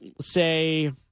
say